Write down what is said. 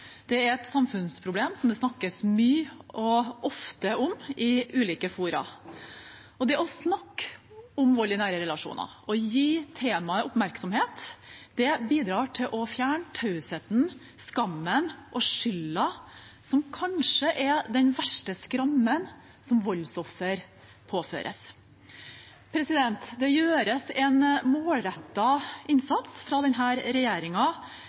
det er et samfunnsproblem som det snakkes mye og ofte om i ulike fora. Det å snakke om vold i nære relasjoner og gi temaet oppmerksomhet bidrar til å fjerne tausheten, skammen og skylden, som kanskje er den verste skrammen som voldsofre påføres. Det gjøres en målrettet innsats fra